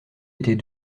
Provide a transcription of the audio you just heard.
était